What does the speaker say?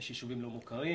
יש יישובים לא מוכרים.